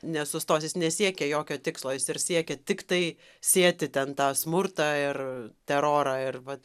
nesustos jis nesiekia jokio tikslo jis ir siekia tiktai sėti ten tą smurtą ir terorą ir vat